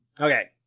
Okay